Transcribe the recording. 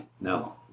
No